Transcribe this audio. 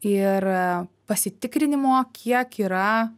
ir pasitikrinimo kiek yra